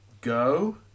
go